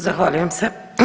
Zahvaljujem se.